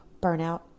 burnout